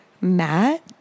Matt